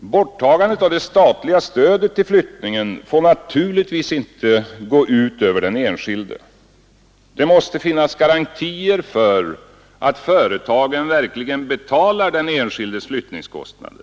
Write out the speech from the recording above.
Borttagande av det statliga stödet till flyttning får naturligtvis inte gå ut över den enskilde. Det måste finnas garantier för att företagen verkligen betalar den enskildes flyttningskostnader.